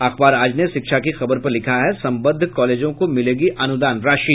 अखबार आज ने शिक्षा की खबर पर लिखा है सम्बद्ध कॉलेजों को मिलेगी अनुदान राशि